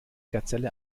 gazelle